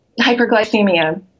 hyperglycemia